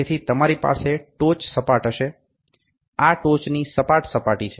તેથી તમારી પાસે ટોચ સપાટ હશે આ ટોચની સપાટ સપાટી છે